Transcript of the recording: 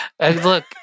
look